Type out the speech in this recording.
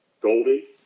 Goldie